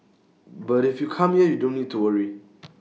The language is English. but if you come here you don't need to worry